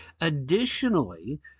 Additionally